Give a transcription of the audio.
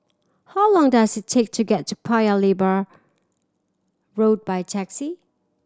how long does it take to get to Paya Lebar Road by taxi